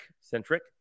centric